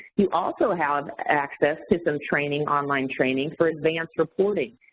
you also have access to some training, online training for advanced reporting.